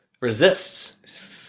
resists